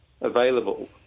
available